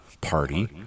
party